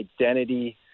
identity